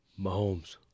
Mahomes